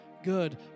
good